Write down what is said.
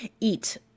eat